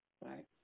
right